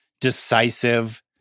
decisive